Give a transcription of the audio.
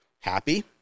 happy